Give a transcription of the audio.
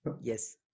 Yes